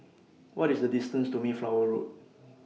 What IS The distance to Mayflower Road